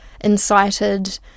incited